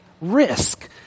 risk